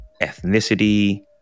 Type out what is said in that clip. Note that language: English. ethnicity